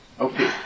Okay